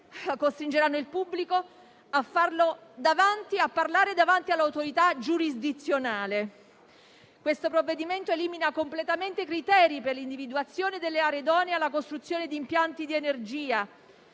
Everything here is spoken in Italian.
costringeranno il pubblico a parlare davanti all'autorità giurisdizionale. Questo provvedimento elimina completamente i criteri per l'individuazione delle aree idonee alla costruzione di impianti di energia.